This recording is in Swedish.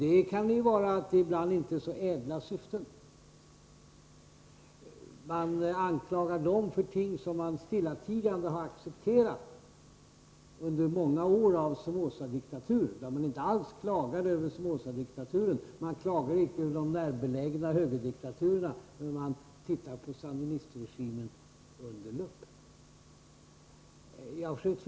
Det kan hända att syftena ibland inte är särskilt ädla. Man anklagar regimen för ting som man i många år stillatigande har accepterat under Somozadiktaturen. Man klagade inte alls över Somozadiktaturen. Man klagade icke över de närbelägna högerdiktaturerna. Men man tittar på sandinistregimen under lupp.